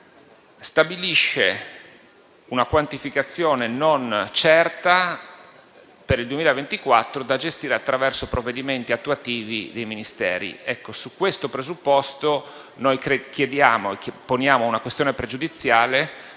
stabilisce una quantificazione non certa per il 2024 da gestire attraverso provvedimenti attuativi dei Ministeri. Su questo presupposto, poniamo una questione pregiudiziale